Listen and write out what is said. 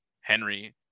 Henry